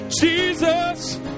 Jesus